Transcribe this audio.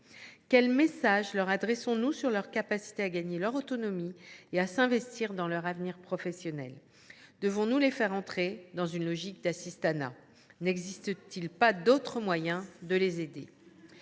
Quel message leur adressons nous sur leur capacité à gagner leur autonomie et à s’investir dans leur avenir professionnel ? Devons nous les faire entrer dans une logique d’assistanat ? De l’assistanat, mais pour manger !